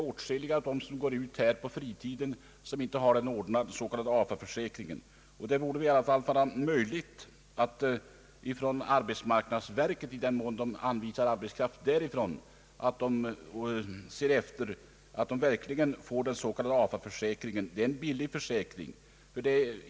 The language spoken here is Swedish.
Åtskilliga av dem som arbetar i skogen på fritid har inte ordnat den s.k. AFA försäkringen. I alla fall borde det vara möjligt för arbetsmarknadsverket att se till att den arbetskraft som verket anvisar tecknar AFA-försäkring, som ju är en billig försäkring.